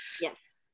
Yes